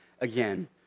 again